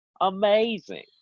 amazing